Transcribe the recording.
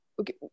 okay